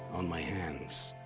on my hands.